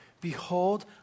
Behold